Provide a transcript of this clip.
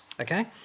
okay